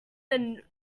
than